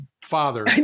father